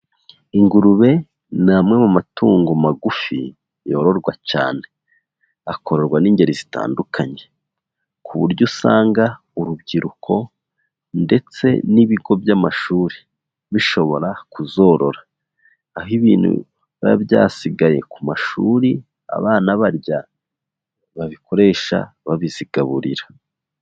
Ingurube ni amwe mu matungo magufi yororwa cyane, akororwa n'ingeri zitandukanye ku buryo usanga urubyiruko ndetse n'ibigo by'amashuri bishobora kuzorora, aho ibintu biba byasigaye ku mashuri abana barya babikoresha babizigaburira.